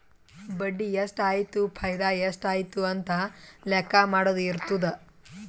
ಬಡ್ಡಿ ಎಷ್ಟ್ ಆಯ್ತು ಫೈದಾ ಎಷ್ಟ್ ಆಯ್ತು ಅಂತ ಲೆಕ್ಕಾ ಮಾಡದು ಇರ್ತುದ್